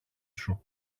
σου